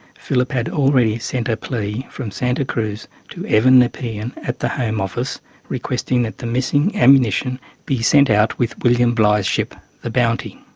phillip had already sent a plea from santa cruz to evan nepean at the home office requesting that the missing ammunition be sent out with william bligh's ship the bounty.